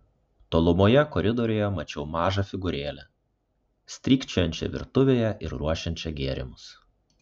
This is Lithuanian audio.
tolumoje koridoriuje mačiau mažą figūrėlę strykčiojančią virtuvėje ir ruošiančią gėrimus